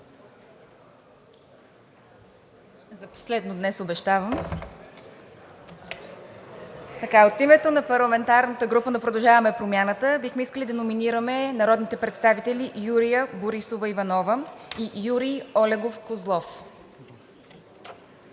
(Продължаваме Промяната): От името на парламентарната група на „Продължаваме Промяната“ бихме искали да номинираме народните представители Юлия Борисова Иванова и Юрий Олегов Козлов.